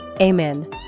Amen